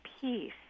peace